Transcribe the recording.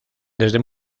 desde